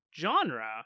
genre